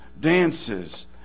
dances